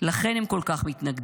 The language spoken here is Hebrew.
לכן הם כל כך מתנגדים.